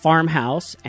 Farmhouse